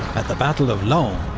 at the battle of laon,